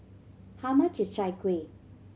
how much is Chai Kueh